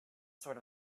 sort